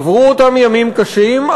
עברו אותם ימים קשים,